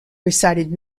recited